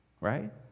Right